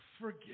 forgive